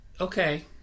okay